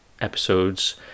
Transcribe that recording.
episodes